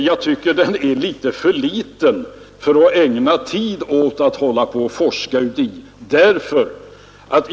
Jag tycker att problemet är för litet för att jag skall ägna tid åt att forska i det.